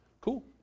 Cool